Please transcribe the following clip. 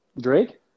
Drake